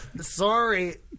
Sorry